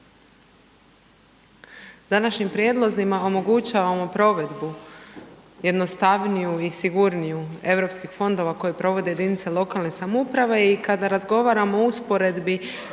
današnjim prijedlozima omogućavamo provedbu jednostavniju i sigurniju EU fondova koje provode jedinice lokalne samouprave i kada razgovaramo u usporedbi